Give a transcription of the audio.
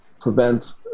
prevent